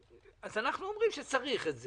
אז אנחנו אומרים שצריך את זה.